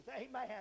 Amen